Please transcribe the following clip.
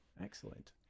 Excellent